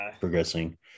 progressing